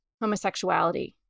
homosexuality